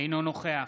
אינו נוכח